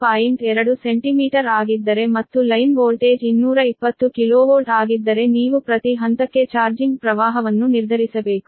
2 centimetre ಆಗಿದ್ದರೆ ಮತ್ತು line voltage 220 kV ಆಗಿದ್ದರೆ ನೀವು ಪ್ರತಿ ಹಂತಕ್ಕೆ ಚಾರ್ಜಿಂಗ್ ಕರೆಂಟ್ ಅನ್ನು ನಿರ್ಧರಿಸಬೇಕು